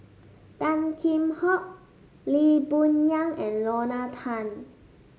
Tan Kheam Hock Lee Boon Yang and Lorna Tan